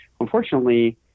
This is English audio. Unfortunately